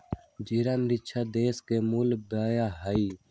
ज़िरा मिश्र देश के मूल बिया हइ